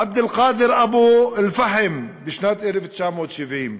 עבד אל-קאדר אבו אל-פאחם, בשנת 1970,